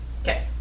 Okay